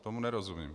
Tomu nerozumím.